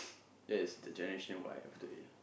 that is the generation Y of today